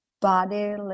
body